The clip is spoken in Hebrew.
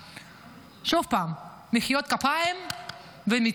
שוב פעם, מחיאות כפים ומתים,